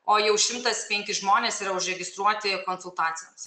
o jau šimtas penki žmonės yra užregistruoti konsultacijoms